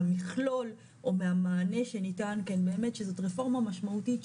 מהמכלול או מהמענה שניתן - באמת שזאת רפורמה משמעותית,